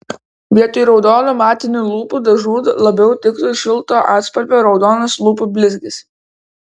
vietoj raudonų matinių lūpų dažų labiau tiktų šilto atspalvio raudonas lūpų blizgis